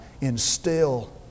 instill